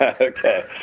Okay